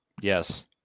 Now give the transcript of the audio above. Yes